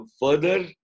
further